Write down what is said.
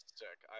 sick